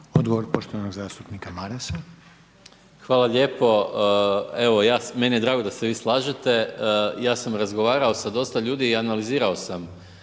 Odgovor poštovanog zastupnika Marasa. **Maras, Gordan (SDP)** Hvala lijepo. Evo meni je drago da se vi slažete, ja sam razgovarao sa dosta ljudi i analizirao sam